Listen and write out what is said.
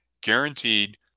guaranteed